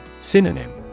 Synonym